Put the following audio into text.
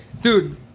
Dude